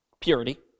purity